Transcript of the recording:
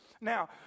Now